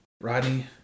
Rodney